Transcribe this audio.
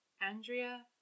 Andrea